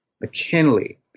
McKinley